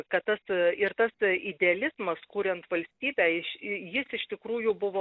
kad tas ir tas idealizmas kuriant valstybę iš jis iš tikrųjų buvo